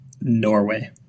Norway